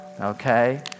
okay